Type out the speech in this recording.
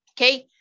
Okay